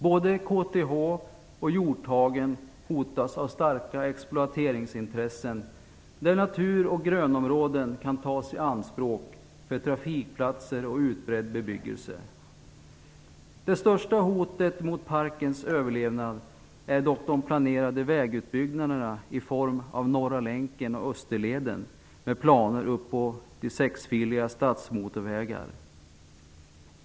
Både området kring KTH och Hjorthagen hotas av starka exploateringsintressen där natur och grönområden kan tas i anspråk för trafikplatser och utbredd bebyggelse. Det största hotet mot parkens överlevnad är dock de planerade vägutbyggnaderna i form av Norra länken och Österleden, med planer på ända upp till sexfiliga stadsmotorvägar.